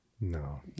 No